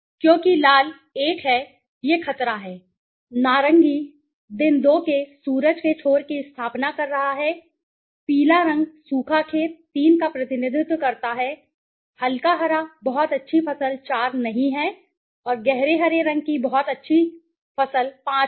क्योंकि लाल 1 है यह खतरा है नारंगी दिन 2 के सूरज के छोर की स्थापना कर रहा है पीला रंग सूखा खेत 3 का प्रतिनिधित्व करता है हल्का हरा बहुत अच्छी फसल 4 नहीं है और गहरे हरे रंग की बहुत अच्छी फसल 5 है